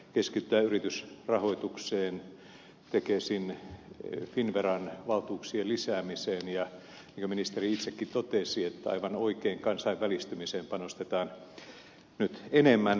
siellä keskitytään yritysrahoitukseen tekesin finnveran valtuuksien lisäämiseen ja niin kuin ministeri itsekin totesi aivan oikein kansainvälistymiseen panostetaan nyt enemmän